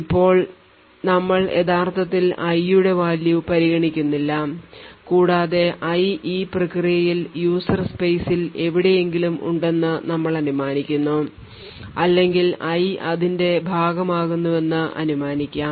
ഇപ്പോൾ ഞങ്ങൾ യഥാർത്ഥത്തിൽ i യുടെ value പരിഗണിക്കുന്നില്ല കൂടാതെ i ഈ പ്രക്രിയയിൽ user space ൽ എവിടെയെങ്കിലും ഉണ്ടെന്ന് ഞങ്ങൾ അനുമാനിക്കുന്നു അല്ലെങ്കിൽ i അതിന്റെ ഭാഗമാകുമെന്ന് അനുമാനിക്കാം